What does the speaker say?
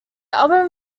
album